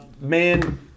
Man